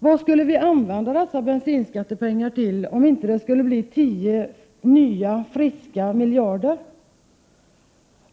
Vad skulle vi använda dessa bensinskattepengar till om det inte skulle bli tio nya friska miljarder?